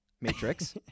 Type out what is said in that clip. Matrix